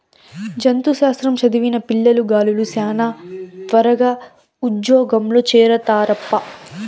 జంతు శాస్త్రం చదివిన పిల్లగాలులు శానా త్వరగా ఉజ్జోగంలో చేరతారప్పా